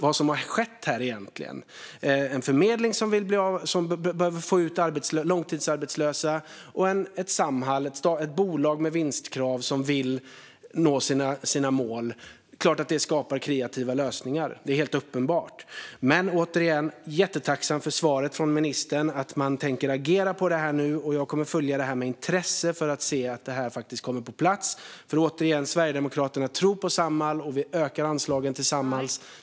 Vad som har skett här handlar om en förmedling som behöver få ut långtidsarbetslösa och om Samhall, ett bolag med vinstkrav, som vill nå sina mål. Det är klart att det skapar kreativa lösningar. Det är helt uppenbart. Återigen: Jag är jättetacksam för svaret från ministern att man nu tänker agera på detta. Jag kommer att följa det med intresse för att se att det faktiskt kommer på plats. Sverigedemokraterna tror på Samhall, och vi ökar anslagen dit.